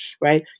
right